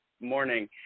morning